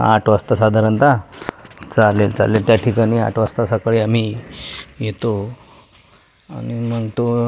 आठ वाजता साधारणत चालेल चालेल त्या ठिकाणी आठ वाजता सकाळी आम्ही येतो आणि मग तो